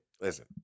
Listen